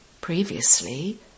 Previously